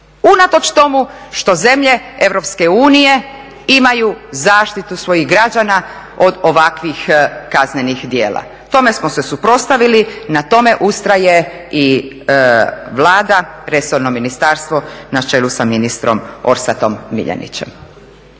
unatoč tomu što zemlje EU imaju zaštitu svojih građana od ovakvih kaznenih djela. Tome smo se suprotstavili i na tome ustraje i Vlada, resorno ministarstvo na čelu sa ministrom Orsatom MIljenićem.